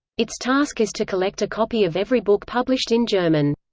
its task is to collect a copy of every book published in german.